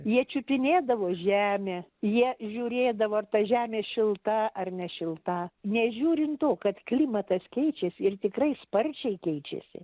jie čiupinėdavo žemę jie žiūrėdavo ar ta žemė šilta ar nešilta nežiūrint to kad klimatas keičiasi ir tikrai sparčiai keičiasi